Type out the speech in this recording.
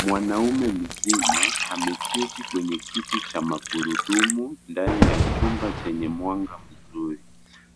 Mwanaume mzima ameketi kwenye kiti cha magurudumu ndani ya chumba chenye mwanga mzuri.